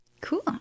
Cool